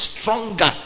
stronger